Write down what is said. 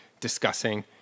discussing